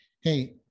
hey